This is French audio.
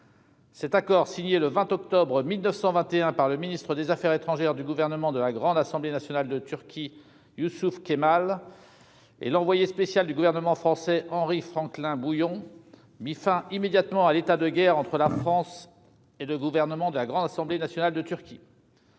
Cet accord signé, le 20 octobre 1921 par le ministre des affaires étrangères du Gouvernement de la Grande Assemblée nationale de Turquie, Yusuf Kemal, et l'envoyé spécial du Gouvernement français, Henri Franklin-Bouillon, mit fin immédiatement à l'état de guerre entre la France et le Gouvernement de la Grande Assemblée nationale de Turquie.